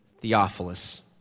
Theophilus